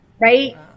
Right